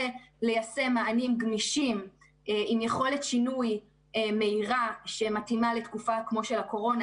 בליישם מענים גמישים עם יכולת שינוי מהירה שמתאימה לתקופת הקורונה,